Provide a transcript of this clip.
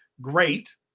Great